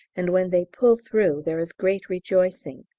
and when they pull through there is great rejoicing.